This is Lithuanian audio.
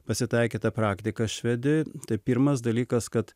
pasitaikė ta praktika švedijoj tai pirmas dalykas kad